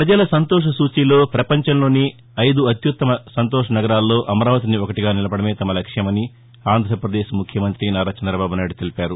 ప్రపజల సంతోష సూచీలో పపంచంలోనే ఐదు అత్యత్తమ సంతోష నగరాల్లో అమరావతిని ఒకటిగా నిలపడమే తన లక్ష్యమని ఆంధ్రాపదేశ్ ముఖ్యమంత్రి నారా చంద్రబాబు నాయుడు తెలిపారు